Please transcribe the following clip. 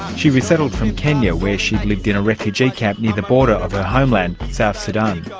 she resettled from kenya where she lived in a refugee camp near the border of her homeland, south sudan.